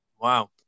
Wow